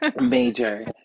major